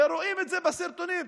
ורואים את זה בסרטונים,